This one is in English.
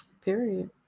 Period